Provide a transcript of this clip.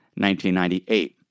1998